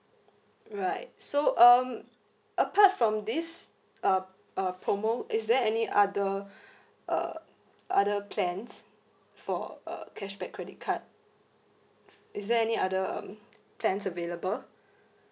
right so um apart from these uh uh promo is there any other uh other plans for uh cashback credit card is there any other um plans available